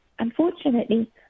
Unfortunately